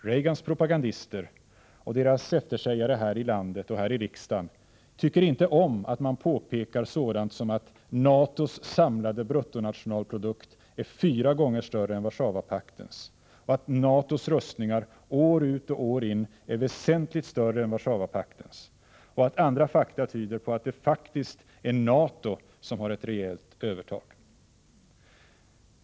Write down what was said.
Reagans propagandister — och deras eftersägare här i landet och här i riksdagen tycker inte om, att man påpekar sådant som att NATO:s samlade bruttonationalprodukt är fyra gånger större än Warszawapaktens, att NATO:s rustningar år ut och år in är väsentligt större än Warszawapaktens och att andra fakta tyder på att det faktiskt är NATO som har ett rejält övertag.